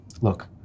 Look